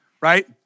right